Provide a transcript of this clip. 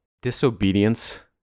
disobedience